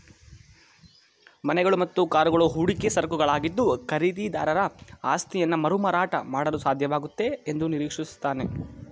ಮನೆಗಳು ಮತ್ತು ಕಾರುಗಳು ಹೂಡಿಕೆ ಸರಕುಗಳಾಗಿದ್ದು ಖರೀದಿದಾರ ಆಸ್ತಿಯನ್ನಮರುಮಾರಾಟ ಮಾಡಲುಸಾಧ್ಯವಾಗುತ್ತೆ ಎಂದುನಿರೀಕ್ಷಿಸುತ್ತಾನೆ